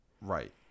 Right